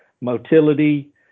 motility